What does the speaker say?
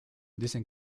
dicen